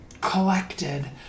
collected